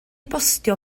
bostio